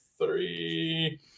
three